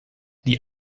die